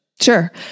Sure